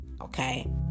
Okay